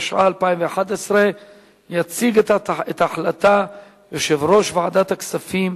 התשע"א 2011. יציג את ההחלטה יושב-ראש ועדת הכספים,